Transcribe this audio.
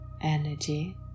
energy